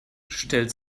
stellt